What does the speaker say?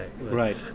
Right